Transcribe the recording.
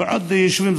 ועוד יישובים.